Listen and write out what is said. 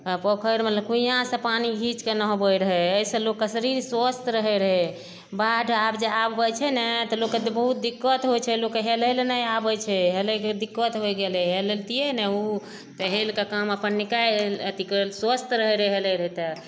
आ पोखरिमे लोक कुइयाँसे पानी घीच कऽ नहबै रहै एहिसे लोकके शरीर स्वस्थ रहै रहै बाढ़ि आबि जाय आब होइ छै ने तऽ लोक कहै छै बहुत दिक्कत होइ छै लोकके हेलै लए नहि आबै छै हेलैके दिक्कत होइ गेलै हेलतियै ने तऽ हेलऽके काम अपन निकालि अथी कैर स्वस्थ रहै रहै हेलै रहै तऽ